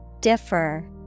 Differ